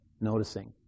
noticing